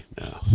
No